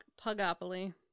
Pugopoly